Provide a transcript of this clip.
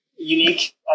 Unique